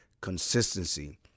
consistency